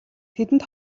тэдэнд